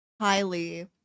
highly